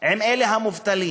עם אלה המובטלים,